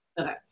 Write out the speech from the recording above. Okay